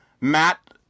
Matt